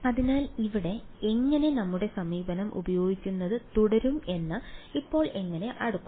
അതിനാൽ ഇവിടെ എങ്ങനെ നമ്മുടെ സമീപനം ഉപയോഗിക്കുന്നത് തുടരും എന്ന് ഇപ്പോൾ എങ്ങനെ അടുക്കും